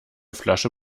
flasche